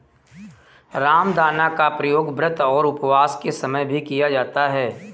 रामदाना का प्रयोग व्रत और उपवास के समय भी किया जाता है